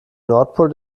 nordpol